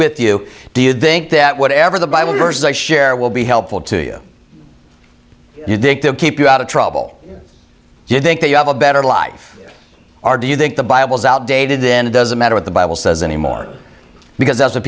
with you do you think that whatever the bible verses i share will be helpful to you to keep you out of trouble do you think that you have a better life are do you think the bible is outdated then it doesn't matter what the bible says anymore because that's what